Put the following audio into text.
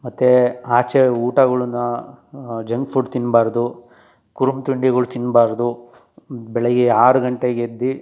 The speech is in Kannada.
ಮತ್ತು ಆಚೆ ಊಟಗಳನ್ನ ಜಂಕ್ ಫುಡ್ ತಿನ್ನಬಾರ್ದು ಕುರುಮ್ ತಿಂಡಿಗಳು ತಿನ್ನಬಾರ್ದು ಬೆಳಿಗ್ಗೆ ಆರು ಗಂಟೆಗೆ ಎದ್ದು